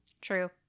True